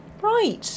Right